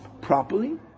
properly